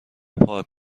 پارک